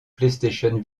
playstation